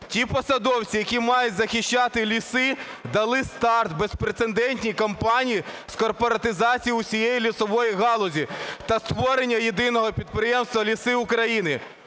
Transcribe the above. ті посадовці, які мають захищати ліси, дали старт безпрецедентній кампанії з корпоратизації усієї лісової галузі та створення єдиного підприємства "Ліси України".